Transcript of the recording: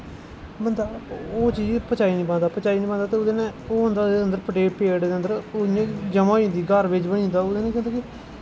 बंदा ओह् चीज पचाई निं पांदा ते ओह्दे नै ओह् होंदा पेट दे अन्दर ओह् इ'यां जमा होई जंदा ओह्दे नै केह् होंदा कि